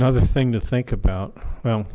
another thing to think about well